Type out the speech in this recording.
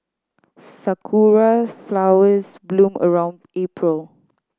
sakura flowers bloom around April